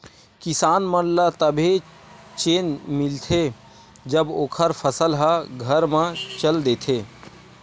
किसान मन ल तभे चेन मिलथे जब ओखर फसल ह घर म चल देथे